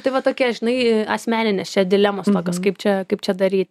tai va tokia žinai asmeninės čia dilemostokios kaip čia kaip čia daryti